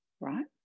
right